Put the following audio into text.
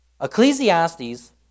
Ecclesiastes